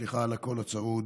סליחה על הקול הצרוד,